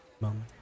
Moment